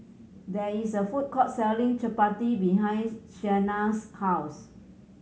there is a food court selling Chapati behind Shania's house